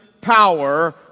power